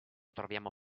troviamo